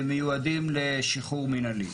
שמיועדים לשחרור מנהלי.